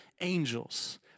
angels